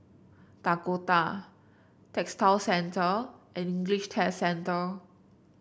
Dakota Textile Centre and English Test Centre